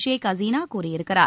ஷேக் ஹசீனா கூறியிருக்கிறார்